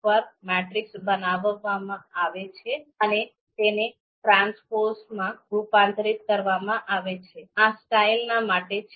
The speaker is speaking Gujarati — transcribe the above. એકવાર મેટ્રિક્સ બનાવવામાં આવે છે અને તેને ટ્રાન્સપોઝમાં રૂપાંતરિત કરવામાં આવે છે આ સ્ટાઇલના માટે છે